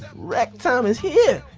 wreck time is here